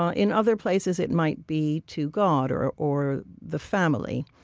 ah in other places, it might be to god or or the family.